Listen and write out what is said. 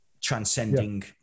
transcending